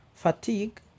fatigue